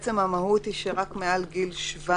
שהמהות היא שרק מעל גיל 17